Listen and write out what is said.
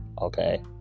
Okay